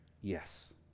Yes